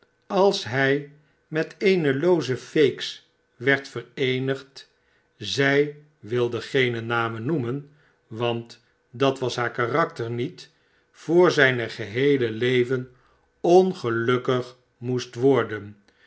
als hij met eene looze feeks werd vereenigd zij wilde geene namen noemen want dat was haar karakter niet voor zijn geheele leven ongelukkig moest worden